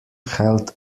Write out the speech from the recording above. held